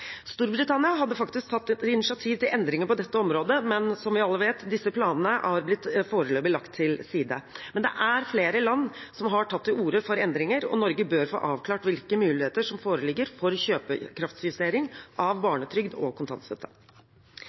Storbritannia hadde faktisk tatt initiativ til endringer på dette området, men som vi alle vet, har disse planene foreløpig blitt lagt til side. Men det er flere land som har tatt til orde for endringer, og Norge bør få avklart hvilke muligheter som foreligger for kjøpekraftsjustering av barnetrygd og kontantstøtte.